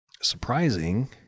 surprising